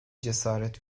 cesaret